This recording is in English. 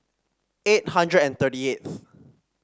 eight hundred and thirty eighth